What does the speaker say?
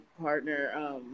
partner